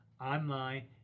online